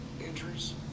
injuries